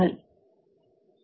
மாணவர் பாக்போன்